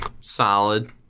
solid